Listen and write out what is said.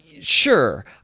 sure